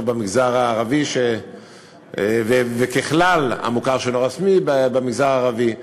במגזר הערבי וככלל המוכר שאינו רשמי במגזר הערבי.